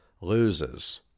loses